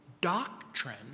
doctrine